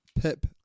pip